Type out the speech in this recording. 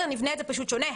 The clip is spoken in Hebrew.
נבנה את זה פשוט שונה.